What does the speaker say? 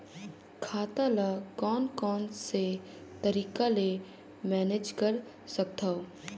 खाता ल कौन कौन से तरीका ले मैनेज कर सकथव?